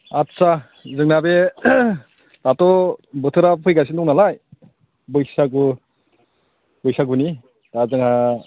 आस्सा जोंना बे दाथ' बोथोरा फैगासिनो दं नालाय बैसागु बैसागुनि दा जोंहा